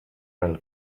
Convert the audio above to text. rail